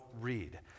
read